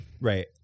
Right